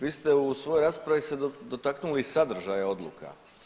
Vi ste u svojoj raspravi se dotaknuli sadržaja odluka.